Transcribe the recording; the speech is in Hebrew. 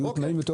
יהיו טובים יותר.